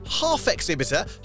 half-exhibitor